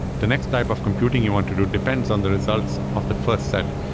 the next type of computing you want to do depends on the results of the first set.